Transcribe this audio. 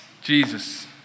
Jesus